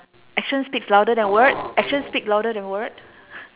actions speaks louder than word actions speak louder than word